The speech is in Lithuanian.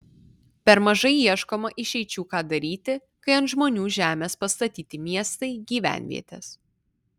per mažai ieškoma išeičių ką daryti kai ant žmonių žemės pastatyti miestai gyvenvietės